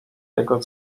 jego